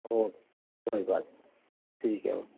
okay کوئی بات نہیں ٹھیک ہے